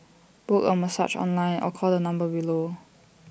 book A massage online or call the number below